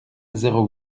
zéro